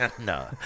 No